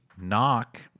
knock